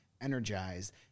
energized